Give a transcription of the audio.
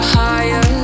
higher